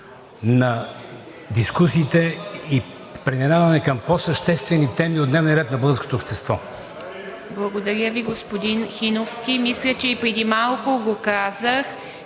на дискусиите и преминаване към по-съществени теми от дневния ред на българското общество.